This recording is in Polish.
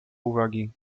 uwagi